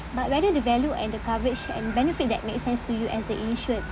but whether the value and the coverage and benefits that make sense to you as the insured